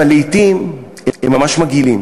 אבל לעתים הם ממש מגעילים.